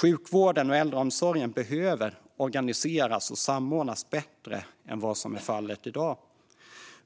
Sjukvården och äldreomsorgen behöver organiseras och samordnas bättre än vad som är fallet i dag.